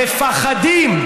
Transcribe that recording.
מפחדים,